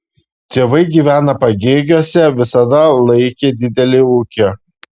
tėvai gyvena pagėgiuose visada laikė didelį ūkį